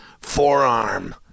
forearm